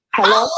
Hello